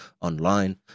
online